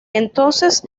entonces